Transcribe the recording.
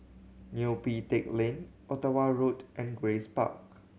Neo Pee Teck Lane Ottawa Road and Grace Park